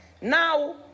Now